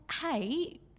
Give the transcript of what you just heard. hey